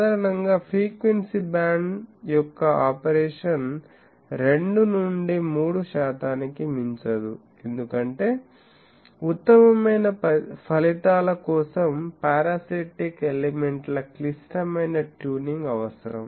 సాధారణంగా frequency band యొక్క operation 2 నుండి 3 శాతానికి మించదు ఎందుకంటే ఉత్తమమైన ఫలితాల కోసం పారాసిటిక్ ఎలిమెంట్ ల క్లిష్టమైన ట్యూనింగ్ అవసరం